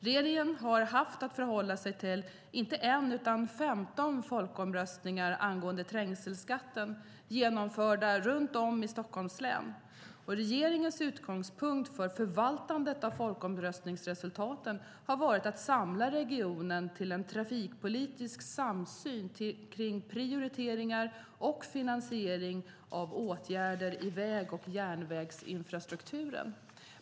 Regeringen har haft att förhålla sig till inte en utan 15 folkomröstningar angående trängselskatten, genomförda runt om i Stockholms län. Regeringens utgångspunkt för förvaltandet av folkomröstningsresultaten har varit att samla regionen till en trafikpolitisk samsyn kring prioriteringar och finansiering av åtgärder i väg och järnvägsinfrastrukturen.